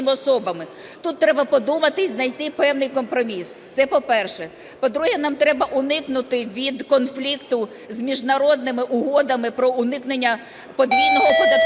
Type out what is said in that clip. Тут треба подумати і знайти певний компроміс. Це, по-перше. По-друге, нам треба уникнути від конфлікту з міжнародними угодами про уникнення подвійного оподаткування.